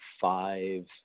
five